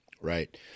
Right